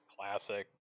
Classic